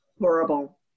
horrible